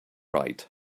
right